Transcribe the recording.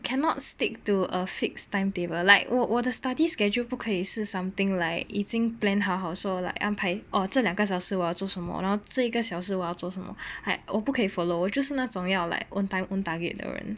cannot stick to a fixed timetable like 我我的 study schedule 不可以 something like 已经 plan 好好说 like 来安排 orh 这两个小时我做什么了然后这一个小时我要做什么我不可以 follow 我就是那种要 like own time own target 的人